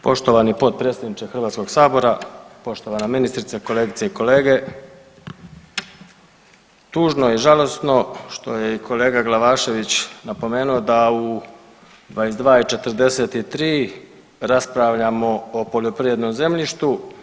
Poštovani potpredsjedniče Hrvatskog sabora, poštovana ministrice, kolegice i kolege, tužno i žalosno što je i kolega Glavašević napomenuo da u 22 i 43 raspravljamo o poljoprivrednom zemljištu.